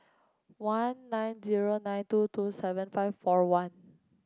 one nine zero nine two two seven five four one